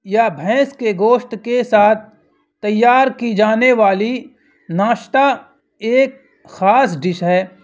یا بھینس کے گوشت کے ساتھ تیار کی جانے والی ناشتہ ایک خاص ڈش ہے